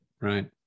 right